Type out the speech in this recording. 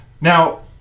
Now